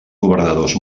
governadors